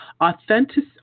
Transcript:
Authentic